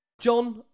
John